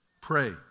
Pray